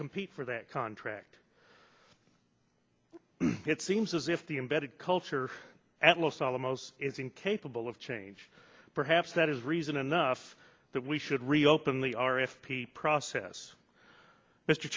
compete for that contract it seems as if the embedded culture at los alamos is incapable of change perhaps that is reason enough that we should reopen the r f p process mr